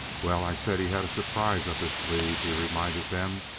well, i said he had a surprise up his sleeve, he reminded them.